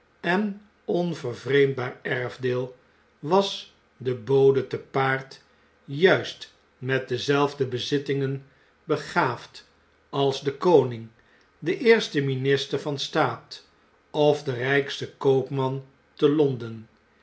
en onvervreemdbaar erfdeel was de bode te paard juist met dezelfde bezittingen begaafd als de koning de eerste minister van staat of de rjjkste koopman te l